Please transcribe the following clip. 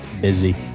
busy